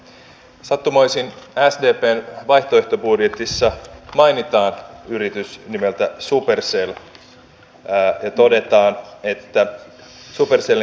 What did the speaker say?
minusta ministeriö on tehnyt oikean valinnan siinä että lisätään hieman yksityistä työnvälitystä silloin kun meidän julkinen työnvälityksemme on liian ruuhkautunut